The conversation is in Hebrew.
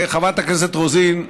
חברת הכנסת רוזין,